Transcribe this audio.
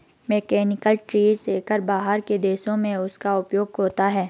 mechanical tree shaker बाहर के देशों में उसका उपयोग होता है